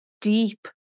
Deep